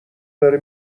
داره